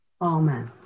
Amen